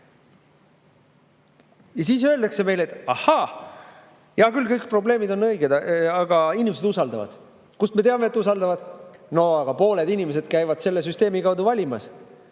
Ja siis öeldakse meile, et ahaa, hea küll, kõik probleemid on õiged, aga inimesed usaldavad. Kust me teame, et usaldavad? No aga pooled inimesed käivad selle süsteemi kaudu valimas.